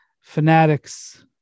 Fanatics